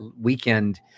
weekend